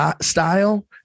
style